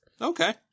Okay